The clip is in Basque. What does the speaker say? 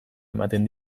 ematen